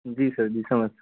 जी sir जी समझ सकता हूँ